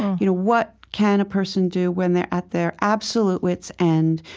you know what can a person do when they're at their absolute wits' and